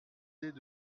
l’idée